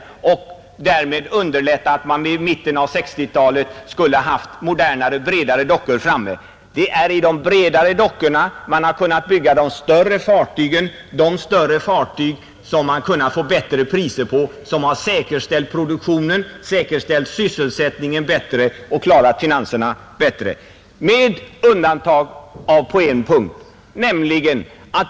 Därmed skulle vi haft möjligheter att i mitten av 1960-talet ha bredare och modernare dockor klara, Det är i dessa bredare dockor man har kunnat bygga de större fartyg som ger bättre priser och som bättre skulle ha säkerställt sysselsättningen och klarat finanserna — dock med ett undantag.